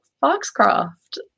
foxcroft